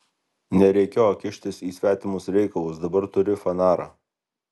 nereikėjo kištis į svetimus reikalus dabar turi fanarą